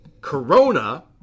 Corona